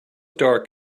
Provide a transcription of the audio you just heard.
dark